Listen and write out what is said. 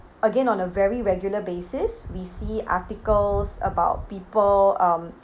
again on a very regular basis we see articles about people um